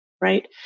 Right